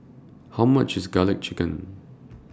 How much IS Garlic Chicken